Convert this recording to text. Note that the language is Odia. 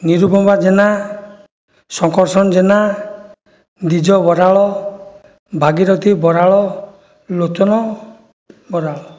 ନିରୁପମା ଜେନା ଶଙ୍କର୍ଷଣ ଜେନା ଦିଜ ବରାଳ ଭାଗିରଥି ବରାଳ ଲୋଚନ ବରାଳ